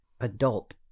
adult